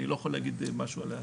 אני לא יכול להגיד משהו עליה.